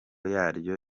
yaryo